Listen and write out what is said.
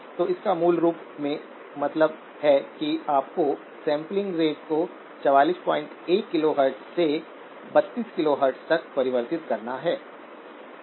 तो इसका मूल रूप से मतलब है कि आपको सैंपलिंग रेट को 441 किलोहर्ट्ज़ से 32 किलोहर्ट्ज़ तक परिवर्तित करना होगा